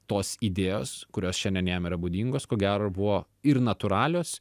tos idėjos kurios šiandien jam yra būdingos ko gero buvo ir natūralios